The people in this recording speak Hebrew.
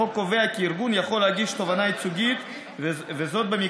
החוק קובע כי ארגון יכול להגיש תובענה ייצוגית במקרה